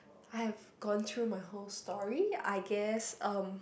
I've gone through the whole story I guess um